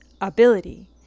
ability